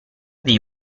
dei